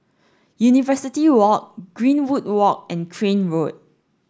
University Walk Greenwood Walk and Crane Road